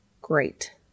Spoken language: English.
Great